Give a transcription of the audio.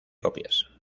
copias